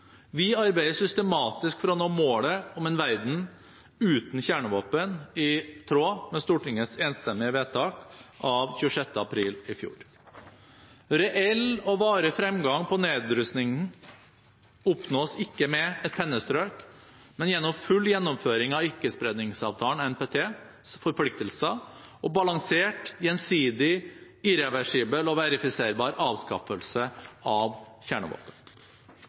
Vi arbeider systematisk for å nå målet om en verden uten kjernevåpen, i tråd med Stortingets enstemmige vedtak av 26. april i fjor. Reell og varig fremgang på nedrustning oppnås ikke med et pennestrøk, men gjennom full gjennomføring av forpliktelsene i ikkespredningsavtalen, NTP, og balansert, gjensidig, irreversibel og verifiserbar avskaffelse av